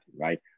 right